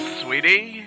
sweetie